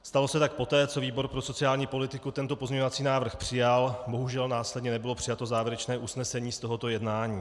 Stalo se tak poté, co výbor pro sociální politiku tento pozměňovací návrh přijal, bohužel následně nebylo přijato závěrečné usnesení z tohoto jednání.